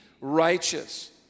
righteous